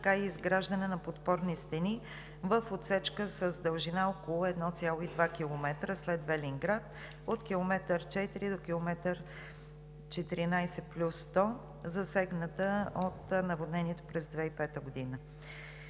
както и изграждане на подпорни стени в отсечка с дължина около 1,2 км след Велинград от км 4 до км 14+100, засегната от наводнението през 2005 г.